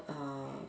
uh